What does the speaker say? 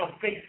face